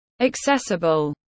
Accessible